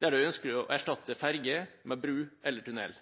der det er ønskelig å erstatte ferge med bro eller tunnel.